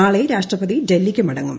നാളെ രാഷ്ട്രപതി ഡൽഹിക്ക് മടങ്ങും